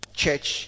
church